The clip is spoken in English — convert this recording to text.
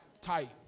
tight